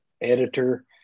editor